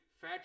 fat